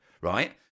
right